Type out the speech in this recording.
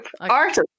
Artist